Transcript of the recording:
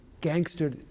gangster